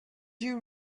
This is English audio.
you